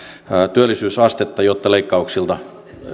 työllisyysastetta jotta leikkauksilta